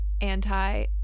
anti